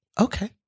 Okay